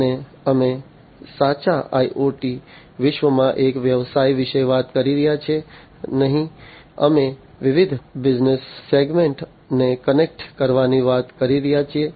અને અમે સાચા IoT વિશ્વમાં એક વ્યવસાય વિશે વાત કરી રહ્યા છીએ નહીં અમે વિવિધ બિઝનેસ સેગમેન્ટ્સને કનેક્ટ કરવાની વાત કરી રહ્યા છીએ